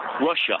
Russia